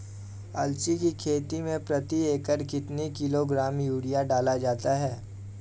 अलसी की खेती में प्रति एकड़ कितना किलोग्राम यूरिया डाला जाता है?